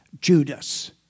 Judas